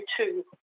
two